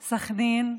סח'נין,